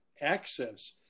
access